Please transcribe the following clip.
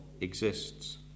exists